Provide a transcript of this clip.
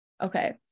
Okay